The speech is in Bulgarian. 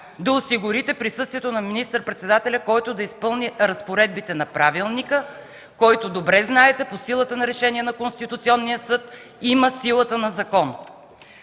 да осигурите присъствието на министър-председателя, който да изпълни разпоредбите на правилника. Добре знаете, че по силата на решение на Конституционния съд той има силата на закон.